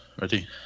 ready